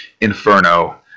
Inferno